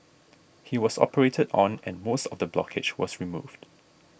he was operated on and most of the blockage was removed